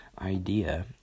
idea